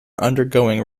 undergoing